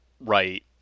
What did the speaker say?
Right